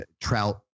trout